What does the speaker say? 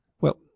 Well